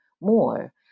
more